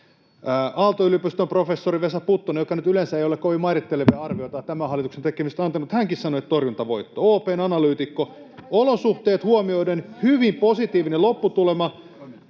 Aalto-yliopiston professori Vesa Puttonen, joka nyt yleensä ei ole kovin mairittelevia arvioita tämän hallituksen tekemistä antanut, hänkin sanoi, että torjuntavoitto. OP:n analyytikko: olosuhteet huomioiden hyvin positiivinen lopputulema.